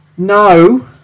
No